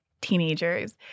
teenagers